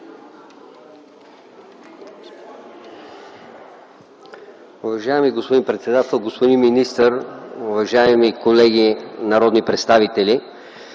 Уважаеми господин председател, господин министър, уважаеми колеги народни представители!